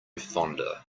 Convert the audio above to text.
fonder